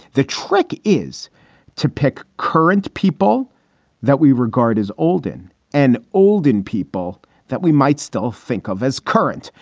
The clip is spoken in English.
the trick is to pick current people that we regard as old in an old, in people that we might still think of as current.